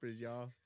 y'all